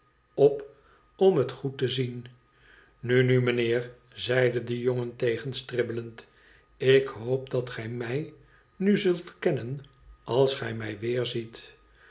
op om het goed te zien nu nu mijnheer zeide de jongen tegenstribbelend tik hoop dat i gij mij nu zult kennen als gij mij weerziet